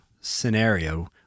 scenario